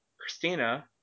Christina